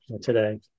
today